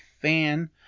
fan